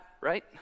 right